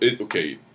okay